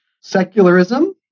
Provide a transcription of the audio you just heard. secularism